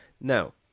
now